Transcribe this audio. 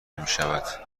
میشود